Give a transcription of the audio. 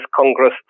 Congress